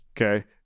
Okay